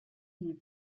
livres